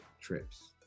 trips